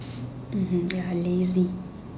mmhmm ya lazy